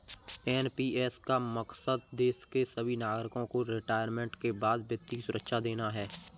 NPS का मकसद देश के सभी नागरिकों को रिटायरमेंट के बाद वित्तीय सुरक्षा देना है